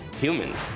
human